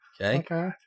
Okay